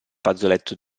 fazzoletto